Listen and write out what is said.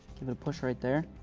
give it a push right there.